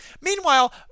Meanwhile